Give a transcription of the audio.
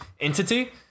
entity